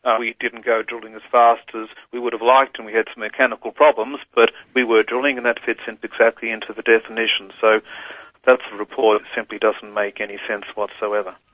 ah we didn't go drilling as fast as we would have liked and we had some mechanical problems, but we were drilling and that fits in exactly and to the definition. so that report simply doesn't make any sense whatsoever.